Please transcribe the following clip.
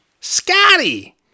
Scotty